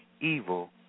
evil